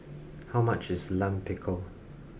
how much is Lime Pickle